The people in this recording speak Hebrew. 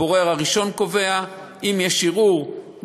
הבורר הראשון קובע אם יש ערעור,